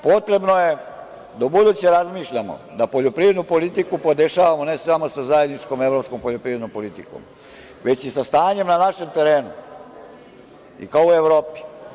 Potrebno je da ubuduće razmišljamo da poljoprivrednu politiku podešavamo, ne samo sa zajedničkom evropskom poljoprivrednom politikom, već i sa stanjem na našem terenu, kao i u Evropi.